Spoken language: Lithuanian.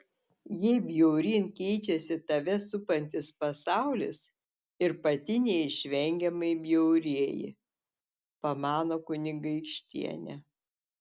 jei bjauryn keičiasi tave supantis pasaulis ir pati neišvengiamai bjaurėji pamano kunigaikštienė